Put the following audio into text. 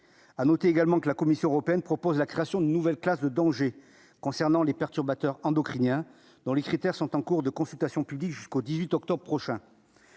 à noter également que la Commission européenne propose la création d'une nouvelle classe de danger concernant les perturbateurs endocriniens, dont les critères sont en cours de consultation publique jusqu'au 18 octobre prochain